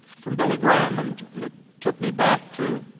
from billy graham, and it took me back to